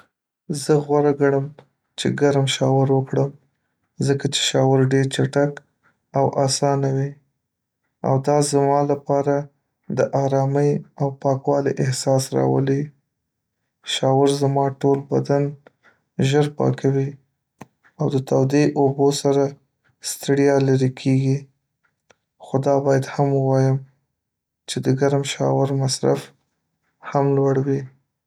زه غوره ګڼم چې ګرم شاور وکړم ځکه چې شاور ډیر چټک او اسانه وي او دا زما لپاره د آرامۍ او پاکوالي احساس راولي. شاور زما ټول بدن ژر پاکوي او د تودې اوبو سره ستړیا لیرې کیږي، خو دا باید هم ووایم چې د ګرم شاور مصرف هم لوړ وي.